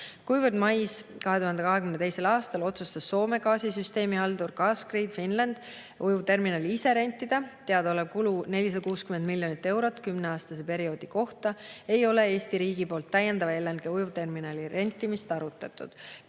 Kuivõrd 2022. aasta mais otsustas Soome gaasisüsteemihaldur Gasgrid Finland ujuvterminali ise rentida – teadaolev kulu 460 miljonit eurot kümneaastase perioodi kohta –, ei ole Eesti riigi poolt täiendava LNG-ujuvterminali rentimist arutatud.